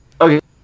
Okay